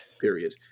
period